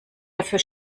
dafür